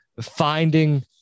finding